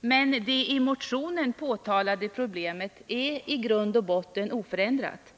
Men det i motionen påtalade problemet är i grund och botten oförändrat.